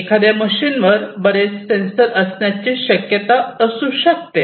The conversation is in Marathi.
एखाद्या मशीन वर बरेच सेन्सर असण्याचे शक्यता असू शकते